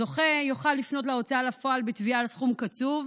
זוכה יוכל לפנות להוצאה לפועל בתביעה על סכום קצוב